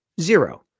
Zero